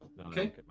Okay